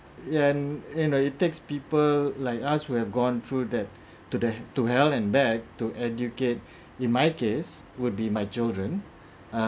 and and uh it takes people like us who have gone through that to the to hell and back to educate in my case would be my children uh